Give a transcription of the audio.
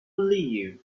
believed